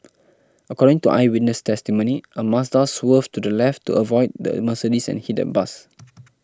according to eyewitness testimony a Mazda swerved to the left to avoid the Mercedes and hit a bus